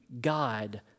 God